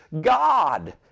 God